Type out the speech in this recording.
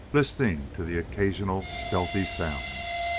listening to the occasional stealthy sounds.